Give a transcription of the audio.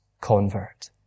convert